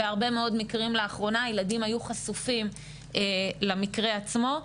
בהרבה מאוד מקרים לאחרונה הילדים היו חשופים למקרה עצמו.